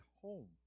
home